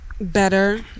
Better